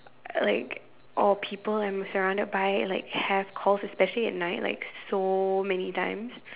like or people I'm surrounded by like have calls especially at night like so many times